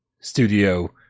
studio